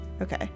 Okay